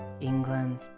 England